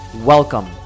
Welcome